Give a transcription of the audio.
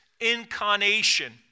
incarnation